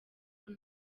kuko